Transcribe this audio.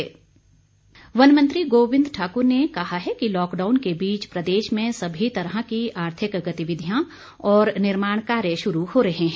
गोविंद ठाकुर वन मंत्री गोविंद ठाकुर ने कहा है कि लॉकडाउन के बीच प्रदेश में सभी तरह की आर्थिक गतिविधियां और निर्माण कार्य शुरू हो रहे हैं